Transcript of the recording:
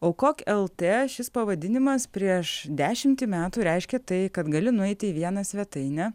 aukok lt šis pavadinimas prieš dešimtį metų reiškė tai kad gali nueiti į vieną svetainę